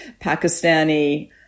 Pakistani